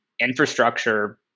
infrastructure